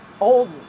Old